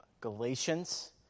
Galatians